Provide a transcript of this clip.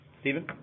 Stephen